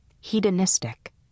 hedonistic